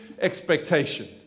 expectation